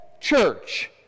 church